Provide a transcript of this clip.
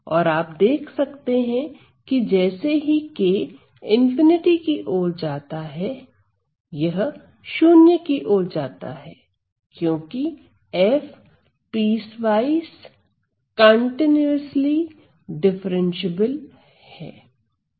और आप देख सकते हैं कि जैसे ही k ∞ की ओर जाता है यह 0 की ओर जाता है क्योंकि f पीसवाइस कॉन्टिनुस्ली डिफरेंशिएबल है